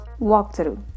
Walkthrough